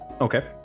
Okay